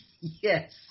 Yes